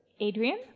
Adrian